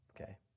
Okay